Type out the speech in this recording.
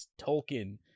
Tolkien